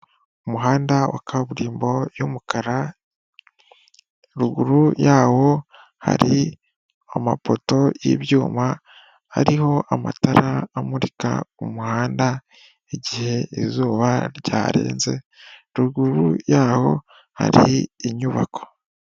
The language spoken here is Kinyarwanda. Umuhanda wa kaburimbo y'umukara, ruguru yawo hari amapoto y'ibyuma, hariho amatara amurika umuhanda igihe izuba ryarenze, ruguru yaho hari inyubako.